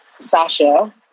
Sasha